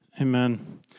Amen